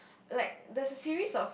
like there's a series of